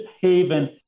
haven